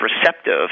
receptive